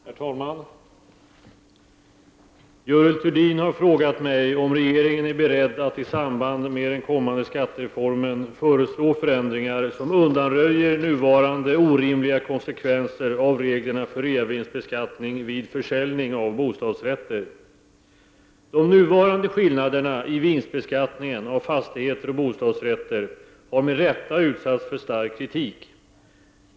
Herr talman! Görel Thurdin har frågat mig om regeringen är beredd att i samband med den kommande skattereformen föreslå förändringar som undanröjer nuvarande orimliga konsekvenser av reglerna för reavinstbeskattning vid försäljning av bostadsrätter. De nuvarande skillnaderna i vinstbeskattningen av fastigheter och bostadsrätter har med rätta utsatts för stark kritik.